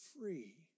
free